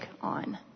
on